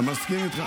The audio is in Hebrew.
נכון, מסכים איתך.